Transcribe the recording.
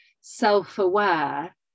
self-aware